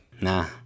Nah